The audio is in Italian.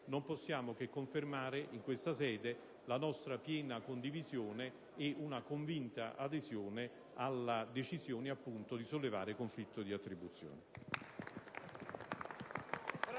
non possiamo che confermare in questa sede la nostra piena condivisione e una convinta adesione alla decisione di sollevare conflitto di attribuzione.